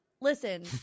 Listen